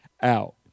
out